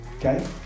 Okay